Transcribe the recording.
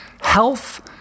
Health